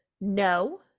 no